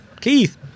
Keith